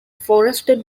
forested